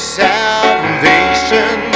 salvation